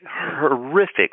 horrific